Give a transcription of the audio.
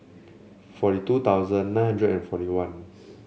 forty two thousand nine hundred and forty one